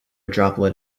droplet